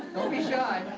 be shy.